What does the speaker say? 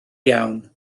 iawn